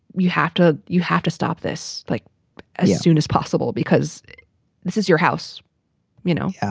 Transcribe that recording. you have to you have to stop this like as soon as possible, because this is your house you know, yeah